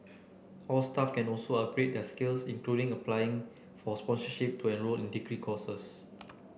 all staff can also upgrade their skills including applying for sponsorship to enrol in degree courses